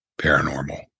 paranormal